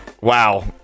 Wow